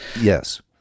Yes